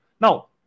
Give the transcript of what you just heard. Now